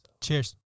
Cheers